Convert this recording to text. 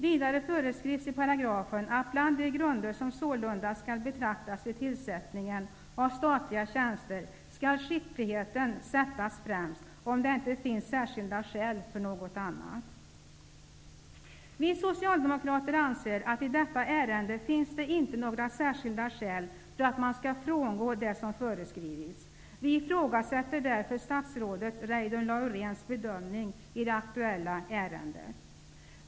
Vidare föreskrivs i paragrafen att bland de grunder som sålunda skall beaktas vid tillsättandet av statliga tjänster skall skickligheten sättas främst om det inte finns särskilda skäl för något annat. Vi socialdemokrater anser att det i detta ärende inte finns några särskilda skäl för att man skall frångå det som föreskrivits. Vi ifrågasätter därför statsrådet Reidunn Lauréns bedömning i det aktuella ärendet.